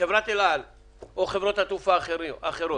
חברת אל על או חברות התעופה האחרות,